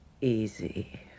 easy